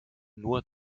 nur